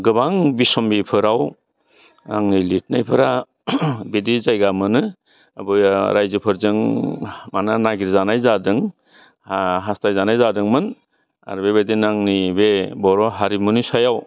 गोबां बिसम्बिफोराव आंनि लिदनायफोरा बिदि जायगा मोनो बयाह रायजोफोरजों मानो नागिरजानाय जादों हास्थायजानाय जादोंमोन आरो बेबायदिनो आंनि बे बर' हारिमुनि सायाव